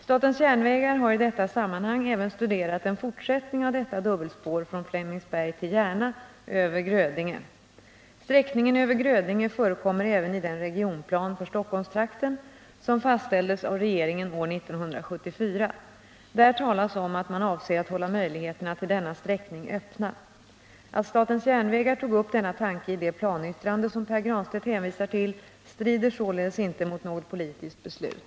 Statens järnvägar har i detta sammanhang även studerat en fortsättning av detta dubbelspår från Flemingsberg till Järna över Grödinge. Sträckningen över Grödinge förekommer även i den regionplan för Stockholmstrakten som fastställdes av regeringen år 1974. Där talas om att man avser att hålla möjligheterna till denna sträckning öppna. Att statens järnvägar tog upp denna tanke i det planyttrande som Pär Granstedt hänvisar till, strider således inte mot något politiskt beslut.